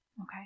Okay